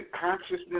consciousness